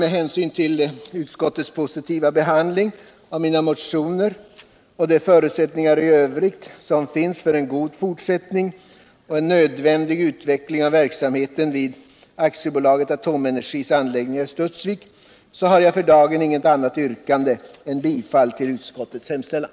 Med hänsyn till utskottets positiva behandling av mina motioner och de förutsättningar i övrigt som finns för en god fortsättning och en nödvändig utveckling av verksamheten vid AB Atomenergis anliäggningar i Studsvik har jag för dagen inget annat yrkande än bifall till utskottets hemställan.